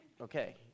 okay